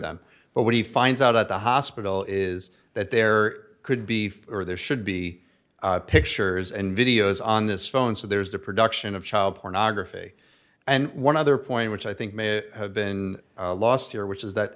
them but what he finds out at the hospital is that there could be for there should be pictures and videos on this phone so there's the production of child pornography and one other point which i think may have been lost here which is that